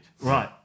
right